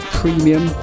premium